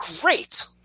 great